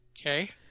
Okay